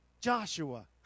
Joshua